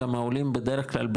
גם העולים בדרך כלל,